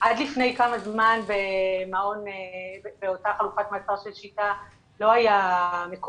עד לפני כמה זמן באותה חלופת מעצר של 'שיטה' לא היו מקומות,